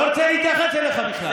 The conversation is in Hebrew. לא רוצה להתייחס אליך בכלל.